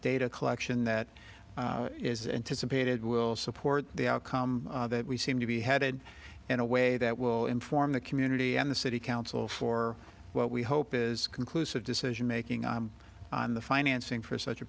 data collection that is anticipated will support the outcome that we seem to be headed in a way that will inform the community and the city council for what we hope is conclusive decision making on on the financing for such a